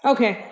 Okay